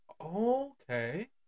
Okay